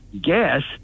gas